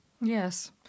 Yes